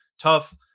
tough